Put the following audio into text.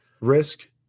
risk